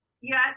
yes